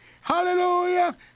hallelujah